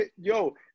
Yo